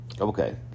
Okay